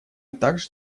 также